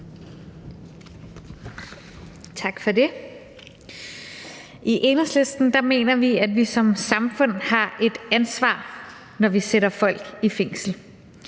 Tak for det. I Enhedslisten mener vi, at vi som samfund har et ansvar, når vi sætter folk i fængsel.